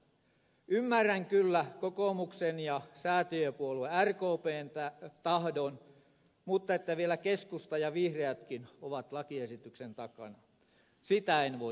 ymmärrän kyllä kokoomuksen ja säätiöpuolue rkpn tahdon mutta että vielä keskusta ja vihreätkin ovat lakiesityksen takana sitä en voi ymmärtää